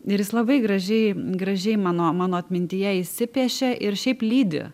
ir jis labai gražiai gražiai mano mano atmintyje įsipiešė ir šiaip lydi